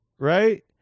right